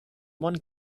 one